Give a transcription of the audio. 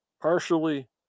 partially